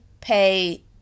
pay